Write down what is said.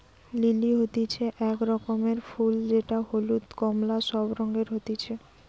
lily হতিছে এক রকমের ফুল যেটা হলুদ, কোমলা সব রঙে হতিছে